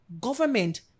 government